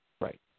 Right